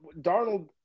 Darnold